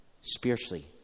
spiritually